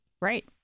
Right